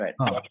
right